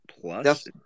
plus